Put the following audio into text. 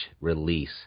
release